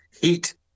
heat